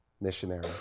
missionary